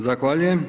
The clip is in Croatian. Zahvaljujem.